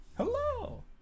Hello